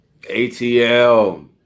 ATL